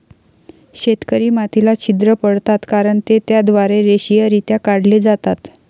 शेतकरी मातीला छिद्र पाडतात कारण ते त्याद्वारे रेषीयरित्या काढले जातात